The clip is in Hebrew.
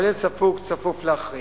אבל אין ספק, צפוף להחריד.